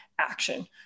action